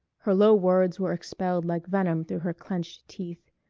her low words were expelled like venom through her clenched teeth.